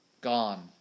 gone